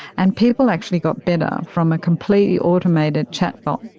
and people actually got better from a completely automated chat bot.